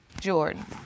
Jordan